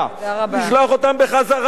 לשלוח אותם בחזרה,